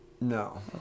No